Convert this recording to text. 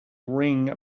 ring